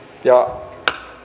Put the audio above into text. ja